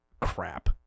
crap